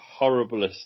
horriblest